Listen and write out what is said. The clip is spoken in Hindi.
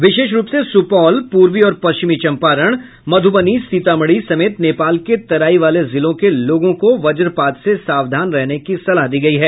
विशेष रूप से सुपौल पूर्वी और पश्चिमी चंपारण मधुबनी सीतामढ़ी समेत नेपाल के तराई वाले जिलों के लोगों को वज्रपात से सावधान रहने की सलाह दी गयी है